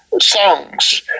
songs